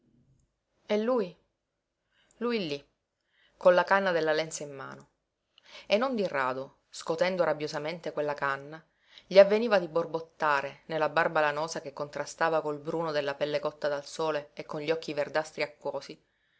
e lui lui lí con la canna della lenza in mano e non di rado scotendo rabbiosamente quella canna gli avveniva di borbottare nella barba lanosa che contrastava col bruno della pelle cotta dal sole e con gli occhi verdastri